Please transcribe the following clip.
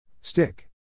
Stick